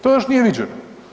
To još nije viđeno.